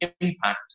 impact